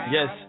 Yes